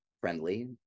friendly